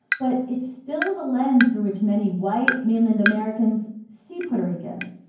but it's still the lens through which many white mainland americans see puerto ricans,